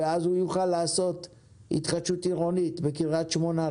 ואז הוא יוכל לעשות התחדשות עירונית בקריית שמונה.